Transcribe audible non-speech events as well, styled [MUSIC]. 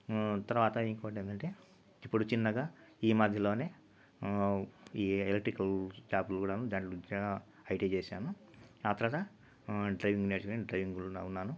తర్వాత ఇంకోటి ఏందంటే ఇప్పుడు చిన్నగా ఈ మధ్యలోనే ఈ ఎలక్ట్రికల్ షాపులు కూడాను దాని [UNINTELLIGIBLE] ఐటీ చేశాను ఆ తర్వాత డ్రైవింగ్ నేర్చుకుని డ్రైవింగ్లోన ఉన్నాను